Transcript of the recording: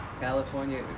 California